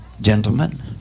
gentlemen